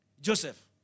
Joseph